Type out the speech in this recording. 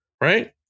Right